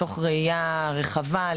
תוך ראייה רחבה,